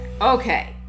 Okay